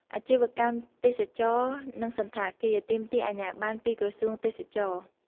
អាជីវកម្មទេសចរណ៍ និងសណ្ឋាគារ ទាមទារអាជ្ញាប័ណ្ណពីក្រសួងទេសចរណ៍។